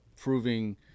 proving